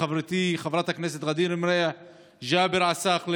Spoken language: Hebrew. חברתי חברת הכנסת ע'דיר מריח וג'אבר עסאקלה